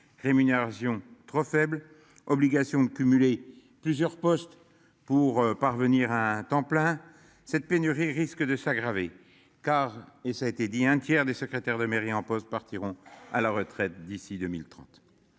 Rémunération trop faible. Obligation de cumuler plusieurs postes pour parvenir à un temps plein. Cette pénurie risque de s'aggraver car et ça a été dit. Un tiers des secrétaires de mairie en poste partiront à la retraite d'ici 2030.